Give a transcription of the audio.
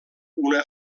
una